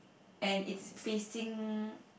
and it's facing